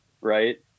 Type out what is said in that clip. Right